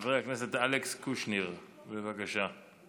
חבר הכנסת אלכס קושניר, בבקשה.